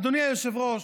אדוני היושב-ראש,